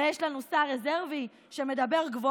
הרי יש לנו שר רזרבי שמדבר גבוהה-גבוהה,